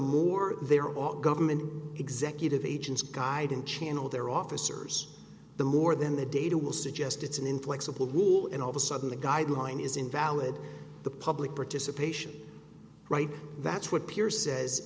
more they are all government executive agents guide and channel their officers the more then the data will suggest it's an inflexible rule and all of a sudden the guideline is invalid the public participation right that's what peer says